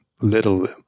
Little